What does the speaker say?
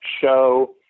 show